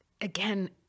again